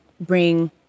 bring